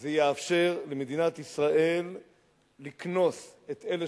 זה יאפשר למדינת ישראל לקנוס את אלה